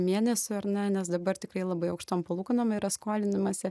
mėnesių ar ne nes dabar tikrai labai aukštom palūkanom yra skolinimąsi